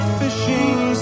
fishing